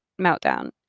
meltdown